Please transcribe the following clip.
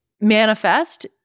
manifest